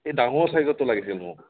ডাঙৰ চাইজৰটো লাগিছিল মোক